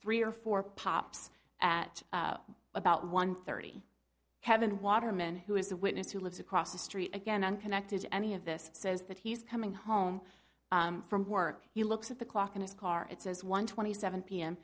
three or four pops at about one thirty kevin waterman who is the witness who lives across the street again unconnected any of this says that he's coming home from work he looks at the clock in his car it says one twenty seven p